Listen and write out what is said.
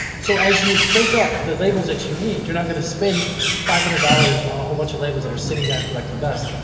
so, as you print up the labels that you need you're not gonna spend five hundred dollars on a whole bunch of labels that are sitting down collecting dust.